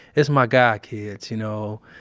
it's my god kids, you know.